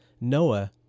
Noah